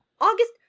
August